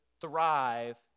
thrive